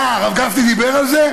אה, הרב גפני דיבר על זה?